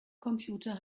computer